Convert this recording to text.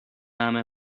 همه